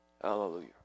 Hallelujah